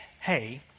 hey